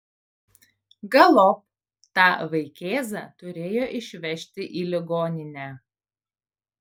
galop tą vaikėzą turėjo išvežti į ligoninę